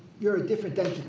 you're a different